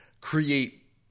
create